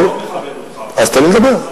השר, אני מאוד מכבד אותך, אז תן לי לדבר.